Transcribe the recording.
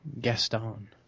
Gaston